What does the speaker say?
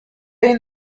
این